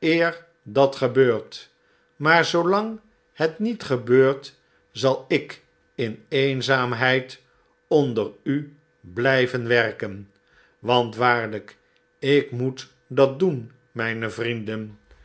eer dat gebeurt maar zoolang het niet gebeurt zal ik in eenzaamheid onder u blijven werken want waarlijk ik moet dat doen mijne vrienden